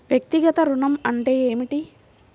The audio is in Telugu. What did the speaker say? వ్యక్తిగత ఋణం అంటే ఏమిటి?